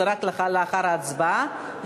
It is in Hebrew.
זה רק לאחר ההצבעה.